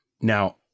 Now